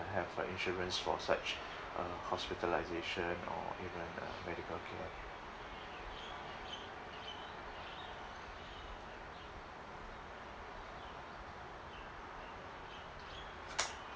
uh have a insurance for such uh hospitalisation or even uh medical care